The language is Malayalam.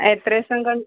എത്ര ദിവസം കൊണ്ട്